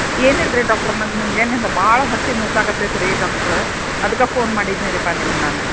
ಏನಿಲ್ಲ ರೀ ಡಾಕ್ಟ್ರ ನನ್ಗ ಮುಂಜಾನೆಯಿಂದ ಭಾಳ ಹೊಟ್ಟೆ ನೊವ್ಸಾಕತೈತಿ ರೀ ಡಾಕ್ಟ್ರ್ ಅದಕ್ಕೆ ಫೋನ್ ಮಾಡಿದ್ನೇರಿಪ್ಪಾ ನಿಮ್ಗ ನಾನು